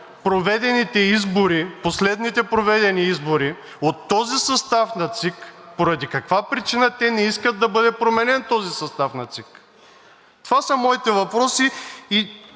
критикуват последните проведени избори от този състав на ЦИК, поради каква причина те не искат да бъде променен този състав на ЦИК. Това са моите въпроси и